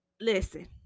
listen